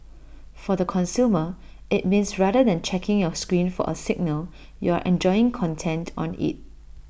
for the consumer IT means rather than checking your screen for A signal you're enjoying content on IT